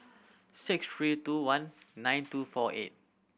six three two one nine two four eight